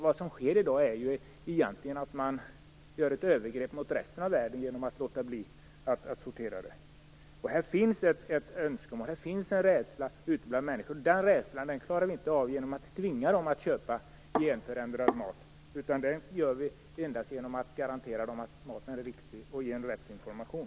Vad som sker i dag är egentligen att man gör ett övergrepp mot resten av världen genom att man låter bli att sortera. Här finns ett önskemål och en rädsla bland människor. Den rädslan klarar vi inte av genom att tvinga dem att köpa genförändrad mat. Det gör vi endast genom att garantera dem att maten är riktig och ge rätt information.